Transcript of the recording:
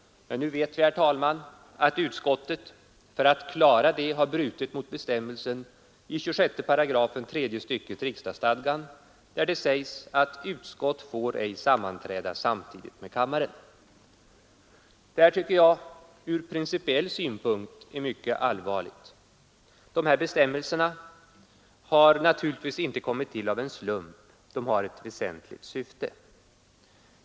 Nu vet vi att utskottet för att klara det har brutit mot bestämmelsen i 26 §, tredje stycket, riksdagsstadgan där det sägs: ”Utskott får ej sammanträda samtidigt med kammaren.” Detta tycker jag ur principiell synpunkt är mycket allvarligt. De här bestämmelserna har naturligtvis inte kommit till av en slump. De har ett väsentligt syfte.